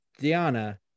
Diana